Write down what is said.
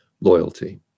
loyalty